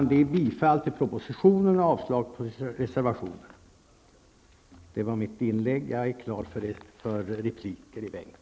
Jag yrkar bifall till propositionen och avslag på reservationen. Det här var mitt inlägg, och jag är klar för repliker i bänken.